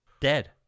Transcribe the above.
dead